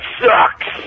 sucks